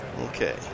Okay